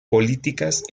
políticas